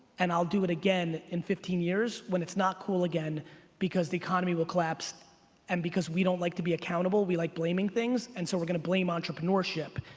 and i'll do it again in fifteen years when it's not cool again because the economy will collapse and because we don't like to be accountable, we like blaming things and so we're gonna blame entrepreneurship,